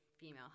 female